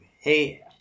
hey